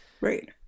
Right